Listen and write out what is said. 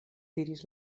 diris